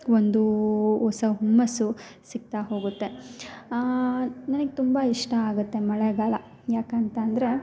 ಒಂದು ಹೊಸ ಹುಮ್ಮಸ್ಸು ಸಿಗ್ತಾ ಹೋಗುತ್ತೆ ನನಗೆ ತುಂಬ ಇಷ್ಟ ಆಗುತ್ತೆ ಮಳೆಗಾಲ ಯಾಕೆ ಅಂತ ಅಂದರೆ